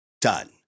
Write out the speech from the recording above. Done